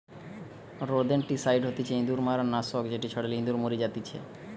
rodenticide হতিছে ইঁদুর মারার নাশক যেটি ছড়ালে ইঁদুর মরি জাতিচে